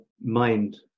mind